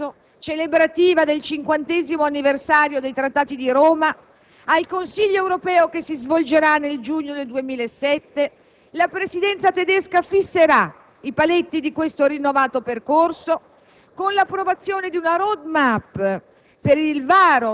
Dalla Dichiarazione di Berlino del prossimo 25 marzo, celebrativa del cinquantesimo anniversario dei Trattati di Roma, al Consiglio europeo del giugno 2007, la Presidenza tedesca fisserà i paletti di questo rinnovato percorso,